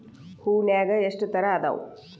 ಹೂನ್ಯಾಗ ಎಷ್ಟ ತರಾ ಅದಾವ್?